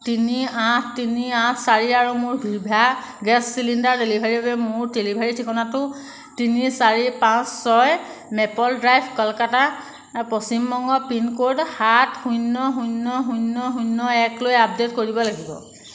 তিনি আঠ তিনি আঠ চাৰি আৰু মই ভিভা গেছ চিলিণ্ডাৰ ডেলিভাৰীৰ বাবে মোৰ ডেলিভাৰী ঠিকনাটো তিনি চাৰি পাঁচ ছয় Maple Drive Kolkata Paschim Banga pincode সাত শূন্য শূন্য শূন্য শূন্য এক লৈ আপডে'ট কৰিব লাগিব